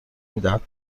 میدهد